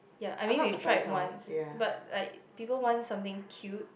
ya I mean we've tried once but like people want something cute